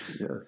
Yes